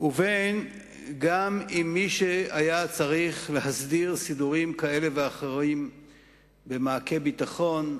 וגם אם מי שהיה צריך להסדיר סידורים כאלה ואחרים במעקה ביטחון,